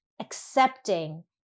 accepting